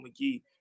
McGee